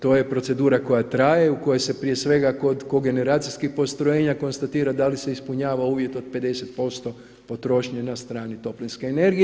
To je procedura koja traje u koju se prije svega kod kogeneracijskih postrojenja konstatira da li se ispunjava uvjet od 50% potrošnje na strani toplinske energije.